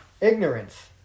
Ignorance